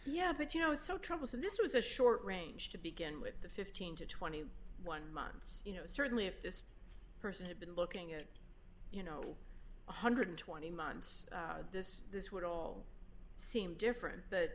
yeah but you know it's so troublesome this was a short range to begin with the fifteen to twenty one months you know certainly if this person had been looking at you know one hundred and twenty months this this would all seem different that